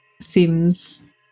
seems